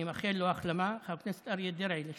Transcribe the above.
אני מאחל לו החלמה, חבר הכנסת לשעבר